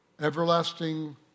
Everlasting